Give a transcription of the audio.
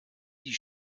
die